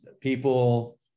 people